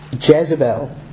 Jezebel